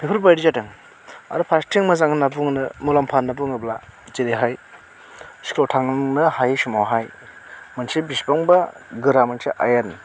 बेफोरबायदि जादों आरो फारसेथिं मोजां होनना बुंनो मुलाम्फा होनना बुङोब्ला जेरैहाय स्कुलाव थांनो हायि समावहाय मोनसे बेसेबांबा गोरा मोनसे आयेन